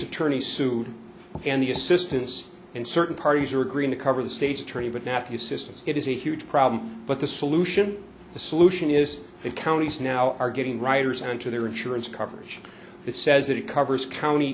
attorney sued and the assistance and certain parties are agreeing to cover the state's attorney but not the system it is a huge problem but the solution the solution is the counties now are getting writers into their insurance coverage it says that it covers county